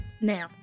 Now